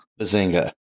Bazinga